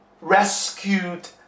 rescued